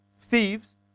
thieves